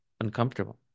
uncomfortable